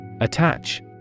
Attach